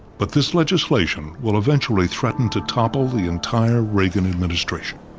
but this legislation will eventually threaten to topple the entire reagan administration.